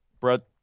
Brett